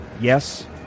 Yes